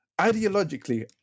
ideologically